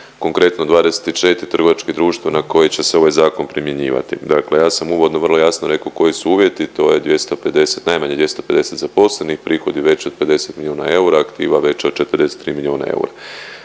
konkretno 24 trgovačkih društva na koje će se ovaj Zakon primjenjivati. Dakle ja sam uvodno vrlo jasno rekao koji su uvjeti, to je 250, najmanje 250 zaposlenih, prihodi veći od 50 milijuna eura, aktiva veća od 43 milijuna eura.